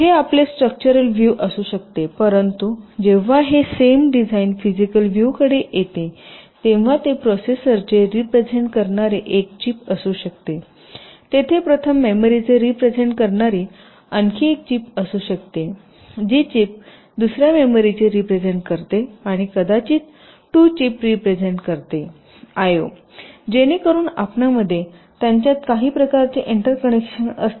हे आपले structural view असू शकते परंतु जेव्हा हे सेम डिझाइन फिजिकल व्हिव कडे येते तेव्हा ते प्रोसेसरचे रीप्रेझेन्ट करणारे एक चिप असू शकते तेथे प्रथम मेमरीचे रीप्रेझेन्ट करणारी आणखी एक चिप असू शकते जी चिप दुसर्या मेमरीचे रीप्रेझेन्ट करते आणि कदाचित 2 चीप रीप्रेझेन्ट करते आय ओ जेणेकरून आपणामध्ये त्यांच्यात काही प्रकारचे एंटर कनेक्शन असतील